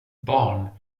barn